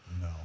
No